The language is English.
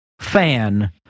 fan